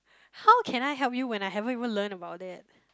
how can I help you when I haven't even learn about that